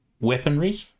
weaponry